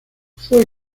fue